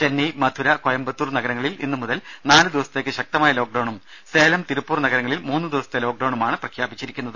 ചെന്നൈ മധുര കോയമ്പത്തൂർ നഗരങ്ങളിൽ ഇന്നു മുതൽ നാല് ദിവസത്തേയ്ക്ക് ശക്തമായ ലോക്ക് ഡൌണും സേലം തിരുപ്പൂർ നഗരങ്ങളിൽ മൂന്ന് ദിവസത്തെ ലോക്ക് ഡൌണുമാണ് പ്രഖ്യാപിച്ചിരിക്കുന്നത്